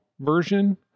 version